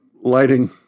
lighting